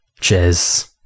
Cheers